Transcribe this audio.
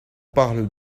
parle